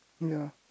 ya